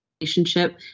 relationship